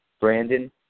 Brandon